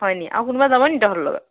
হয়নি আৰু কোনোবা যাবনি তহঁতৰ লগত